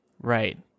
Right